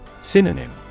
Synonym